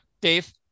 Dave